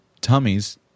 tummies